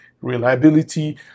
reliability